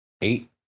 eight